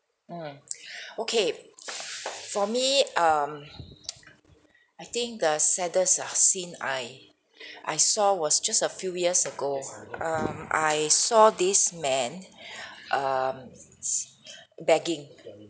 mm okay for me um I think the saddest ah scene I I saw was just a few years ago um I saw this man um begging